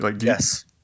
Yes